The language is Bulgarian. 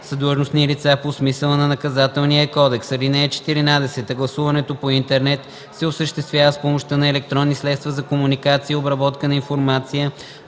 длъжностни лица по смисъла на Наказателния кодекс. (14) Гласуването по интернет се осъществява с помощта на електронни средства за комуникация и обработка на информация,